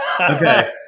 Okay